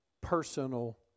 personal